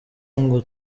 ngo